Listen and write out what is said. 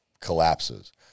collapses